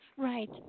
Right